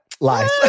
lies